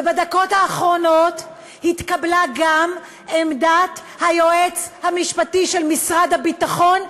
בדקות האחרונות התקבלה גם עמדת היועץ המשפטי של משרד הביטחון,